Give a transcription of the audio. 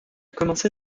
commencé